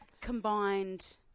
combined